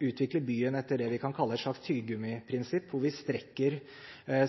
utvikle byen etter det vi kan kalle et slags tyggegummiprinsipp, hvor vi strekker